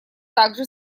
также